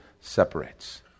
separates